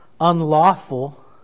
unlawful